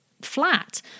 flat